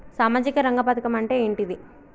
సామాజిక రంగ పథకం అంటే ఏంటిది?